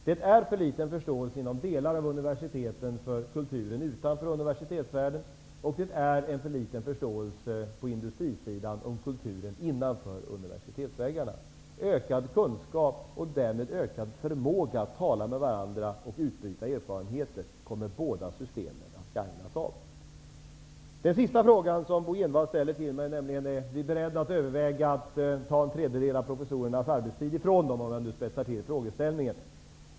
Det är en för liten förståelse inom delar av universiteten för kulturen utanför universitetsvärlden, och det är en för liten förståelse inom industrin för kulturen innanför universitetsväggarna. Ökad kunskap, och därmed ökad förmåga att tala med varandra och utbyta erfarenheter, kommer båda systemen att gagnas av. Den sista fråga Bo G Jenevall ställde till mig var om regeringen är beredd att överväga att ta en tredjedel av professorernas arbetstid ifrån dem, om jag nu spetsar till frågeställningen.